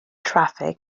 traffic